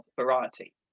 Variety